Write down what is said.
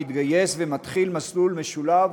מתגייס ומתחיל מסלול משולב